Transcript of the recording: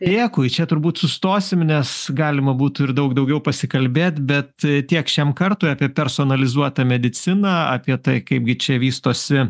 dėkui čia turbūt sustosim nes galima būtų ir daug daugiau pasikalbėt bet tiek šiam kartui apie personalizuotą mediciną apie tai kaipgi čia vystosi